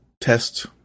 test